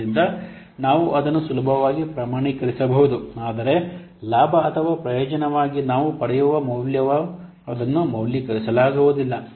ಆದ್ದರಿಂದ ನಾವು ಅದನ್ನು ಸುಲಭವಾಗಿ ಪ್ರಮಾಣೀಕರಿಸಬಹುದು ಆದರೆ ಲಾಭ ಅಥವಾ ಪ್ರಯೋಜನವಾಗಿ ನಾವು ಪಡೆಯುವ ಮೌಲ್ಯವು ಅದನ್ನು ಮೌಲ್ಯೀಕರಿಸಲಾಗುವುದಿಲ್ಲ